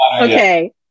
Okay